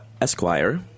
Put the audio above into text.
Esquire